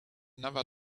never